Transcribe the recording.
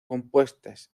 compuestas